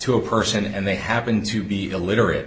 to a person and they happen to be illiterate